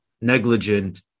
negligent